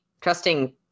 trusting